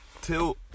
till